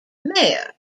mayor